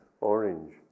orange